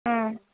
হুম